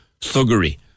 thuggery